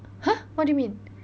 !huh! what do you mean